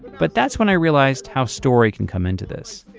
but that's when i realized how story can come into this.